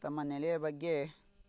ತಮ್ಮ ನೆಲೆಯ ಬಗ್ಗೆ